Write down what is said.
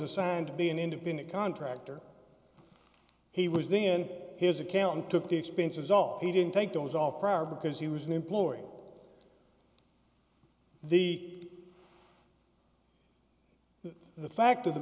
assigned to be an independent contractor he was then his accountant took the expenses off he didn't take those off prior because he was an employee the the fact of the